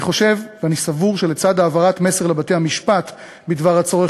אני סבור שלצד העברת מסר לבתי-המשפט בדבר הצורך